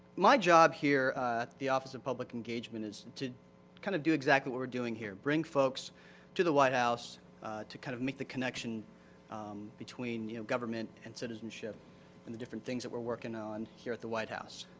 my job here at the office of public engagement is to kind of do exactly what we're doing here. bring folks to the white house to kind of make the connection between, you know, government and citizenship and the different things that we're working on here at the white house.